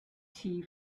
tea